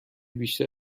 بیشتر